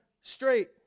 Straight